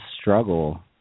struggle